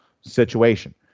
situation